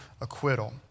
acquittal